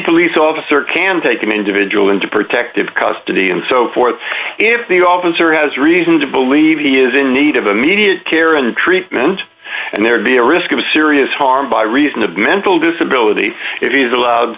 police officer can take an individual into protective custody and so forth if the officer has reason to believe he is in need of immediate care and treatment and there be a risk of serious harm by reason of mental disability if he is allowed